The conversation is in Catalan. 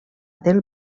del